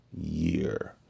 year